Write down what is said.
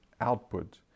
output